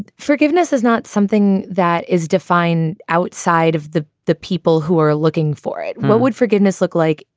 forgiveness is not something that is defined outside of the the people who are looking for it. what would forgiveness look like?